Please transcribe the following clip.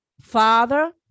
Father